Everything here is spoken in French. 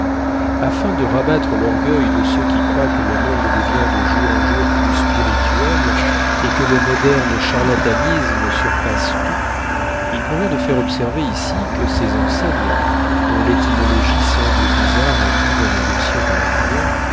afin de rabattre l'orgueil de ceux qui croient que le monde devient de jour en jour plus spirituel et que le moderne charlatanisme surpasse tout il convient de faire observer ici que ces enseignes dont l'étymologie semble bizarre à plus d'un négociant parisien